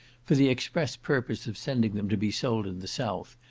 for the express purpose of sending them to be sold in the south,